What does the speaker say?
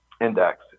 index